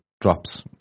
drops